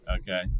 Okay